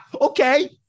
Okay